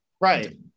Right